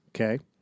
okay